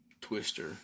Twister